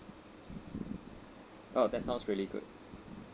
oh that sounds really good